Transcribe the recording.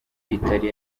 itari